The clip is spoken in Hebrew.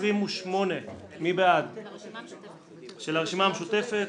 רביזיה על סעיף 28 של הרשימה המשותפת,